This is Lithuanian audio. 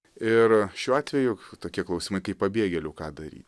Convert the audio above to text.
ir šiuo atveju tokie klausimai kaip pabėgėlių ką daryt